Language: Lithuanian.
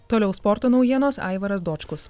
toliau sporto naujienos aivaras dočkus